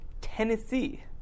Tennessee